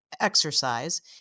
exercise